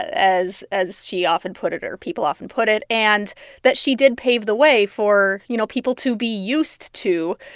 as as she often put it, or her people often put it, and that she did pave the way for, you know, people to be used to,